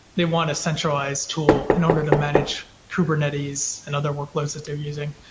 they want a centralized tool in order to manage kubernetes and other workloads that they're using.